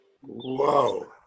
Whoa